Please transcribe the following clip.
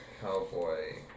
cowboy